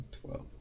twelve